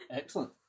excellent